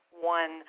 one